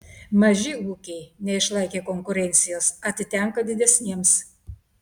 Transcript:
maži ūkiai neišlaikę konkurencijos atitenka didesniems